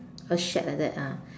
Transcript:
a shack like that ah